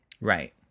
Right